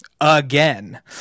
Again